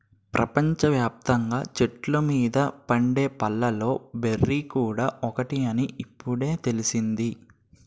ప్రపంచ వ్యాప్తంగా చెట్ల మీద పండే పళ్ళలో బెర్రీ కూడా ఒకటని ఇప్పుడే తెలిసింది